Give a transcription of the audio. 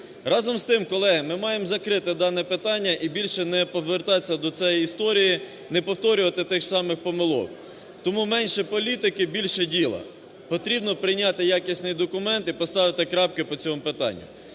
Разом з тим, колеги, ми маємо закрити дане питання і більше не повертатися до цієї історії, не повторювати тих самих помилок. Тому менше політики, більше діла. Потрібно прийняти якісний документ і поставити крапки по цьому питанню.